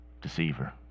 Deceiver